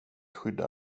skydda